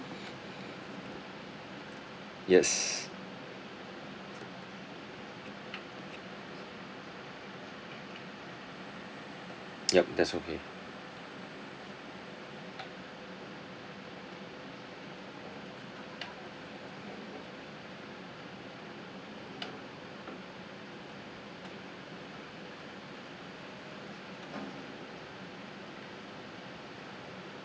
yes yup that's okay